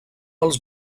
als